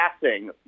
passing